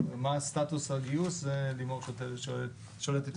מה סטטוס הגיוס, בזה לימור שולטת יותר ממני.